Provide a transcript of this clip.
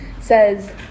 says